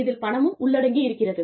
இதில் பணமும் உள்ளடங்கி இருக்கிறது